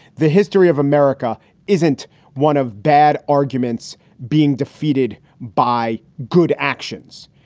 the history of america isn't one of bad arguments being defeated by good actions.